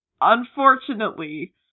unfortunately